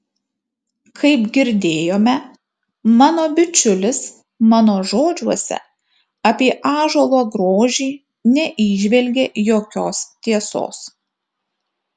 kaip girdėjome mano bičiulis mano žodžiuose apie ąžuolo grožį neįžvelgė jokios tiesos